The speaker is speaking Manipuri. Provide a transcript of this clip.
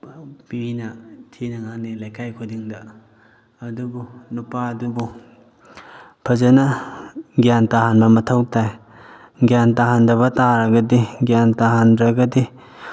ꯃꯤꯅ ꯊꯤꯅ ꯉꯥꯡꯅꯩ ꯂꯩꯀꯥꯏ ꯈꯨꯗꯤꯡꯗ ꯑꯗꯨꯕꯨ ꯅꯨꯄꯥꯗꯨꯕꯨ ꯐꯖꯅ ꯒ꯭ꯌꯥꯟ ꯇꯥꯍꯟꯕ ꯃꯊꯧ ꯇꯥꯏ ꯒ꯭ꯌꯥꯟ ꯇꯥꯍꯟꯗꯕ ꯇꯥꯔꯒꯗꯤ ꯒ꯭ꯌꯥꯟ ꯇꯥꯍꯟꯗ꯭ꯔꯒꯗꯤ